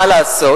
מה לעשות.